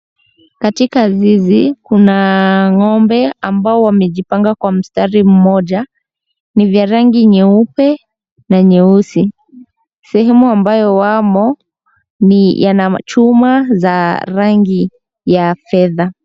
Katika zizi, kuna ngo'mbe ambao wamejipanga Kwa mstari mmoja. Ni vya rangi nyeupe na nyeusi. Sehemu ambayo wamo yana chuma za rangi ya fedha.